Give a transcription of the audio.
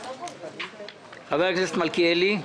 חבר הכנסת מלכיאלי.